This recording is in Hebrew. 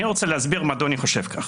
אני רוצה להסביר מדוע אני חושב כך.